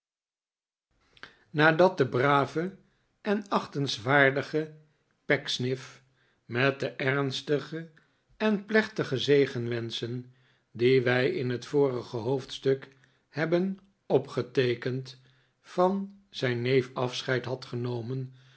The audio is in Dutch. nadat de brave en achtenswaardige pecksniff met de ernstige en plechtige zegenwenschen die wij in het vorige hoof dstuk hebben opgeteekend van zijn neef afscheid had genomen